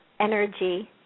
energy